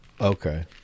Okay